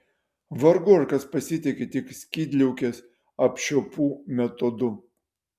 vargu ar kas pasitiki tik skydliaukės apčiuopų metodu